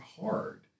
hard